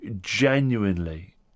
genuinely